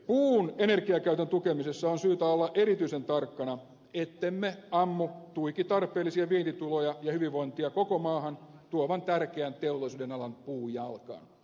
puun energiakäytön tukemisessa on syytä olla erityisen tarkkana ettemme ammu tuiki tarpeellisia vientituloja ja hyvinvointia koko maahan tuovan tärkeän teollisuudenalan puujalkaan